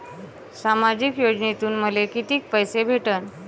सामाजिक योजनेतून मले कितीक पैसे भेटन?